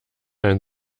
ein